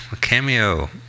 Cameo